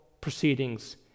proceedings